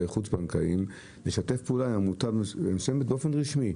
חוץ-בנקאיים לשתף פעולה עם עמותה מסוימת באופן רשמי.